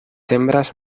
hembras